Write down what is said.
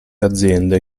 aziende